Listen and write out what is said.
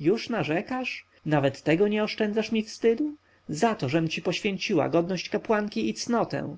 już narzekasz nawet tego nie oszczędzasz mi wstydu za to żem ci poświęciła godność kapłanki i cnotę